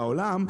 בעולם,